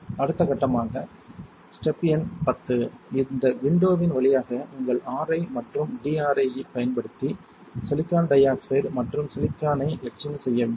அடுத்த கட்டமாக ஸ்டெப் எண் 10 இந்த விண்டோவின் வழியாக உங்கள் RI மற்றும் DRI ஐப் பயன்படுத்தி சிலிக்கான் டை ஆக்சைடு மற்றும் சிலிக்கானை எட்சிங் செய்ய வேண்டும்